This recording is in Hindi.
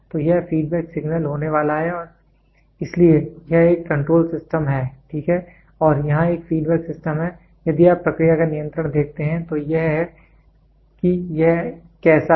तो यह फीडबैक सिग्नल होने वाला है और इसलिए यह एक कंट्रोल सिस्टम है ठीक है और यहां एक फीडबैक सिस्टम है यदि आप प्रक्रिया का नियंत्रण देखते हैं तो यह है कि यह कैसा है